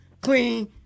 clean